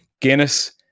Guinness